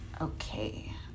Okay